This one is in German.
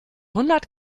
hundert